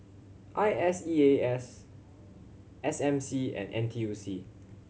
I S E A S S M C and N T U C